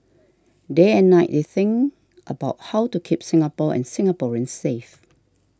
day and night they think about how to keep Singapore and Singaporeans safe